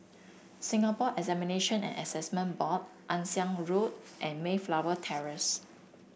Singapore Examination and Assessment Board Ann Siang Road and Mayflower Terrace